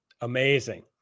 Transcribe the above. Amazing